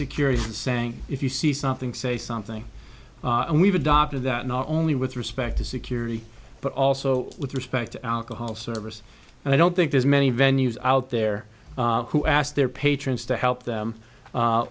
security and so if you see something say something and we've adopted that not only with respect to security but also with respect to alcohol service and i don't think there's many venues out there who ask their patrons to help them